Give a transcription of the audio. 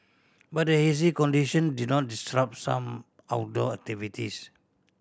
but the hazy condition did not disrupt some outdoor activities